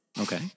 Okay